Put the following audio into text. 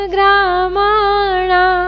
Gramana